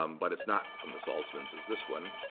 um but it's not from the saltzmans is this one,